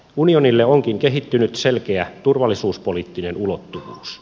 unionille onkin kehittynyt selkeä turvallisuuspoliittinen ulottuvuus